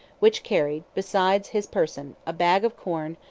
which carried, besides his person, a bag of corn,